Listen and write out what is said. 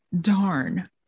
Darn